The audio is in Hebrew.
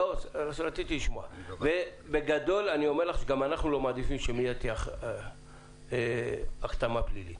אני אומר לך בגדול שגם אנחנו לא מעדיפים שתהיה הכתמה פלילית.